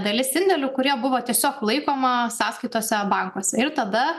dalis indėlių kurie buvo tiesiog laikoma sąskaitose bankuose ir tada